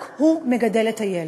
רק הוא מגדל את הילד.